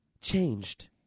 changed